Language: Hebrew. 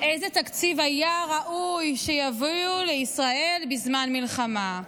איזה תקציב היה ראוי שיביאו לישראל בזמן מלחמה?